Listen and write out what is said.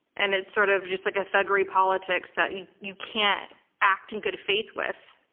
and it's sort of just like a thuggery politics that you you can't act in good faith with,